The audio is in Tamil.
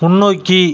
முன்னோக்கி